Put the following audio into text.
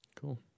Cool